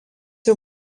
jau